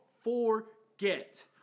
forget